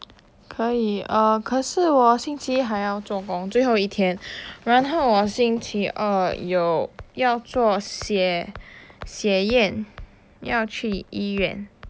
可以啊可是我星期一还要做工最后一天然后我星期二有要做血验要去医院